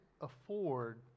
afford